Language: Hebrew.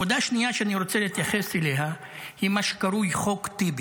נקודה שנייה שאני רוצה להתייחס אליה היא מה שקרוי "חוק טיבי".